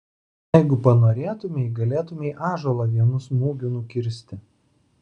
jeigu panorėtumei galėtumei ąžuolą vienu smūgiu nukirsti